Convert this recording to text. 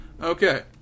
Okay